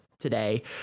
Today